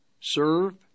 serve